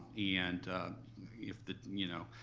and if the, you know,